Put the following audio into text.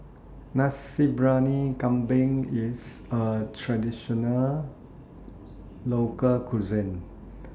Nasi Briyani Kambing IS A Traditional Local Cuisine